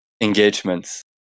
engagements